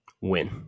Win